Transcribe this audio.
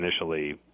initially